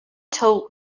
told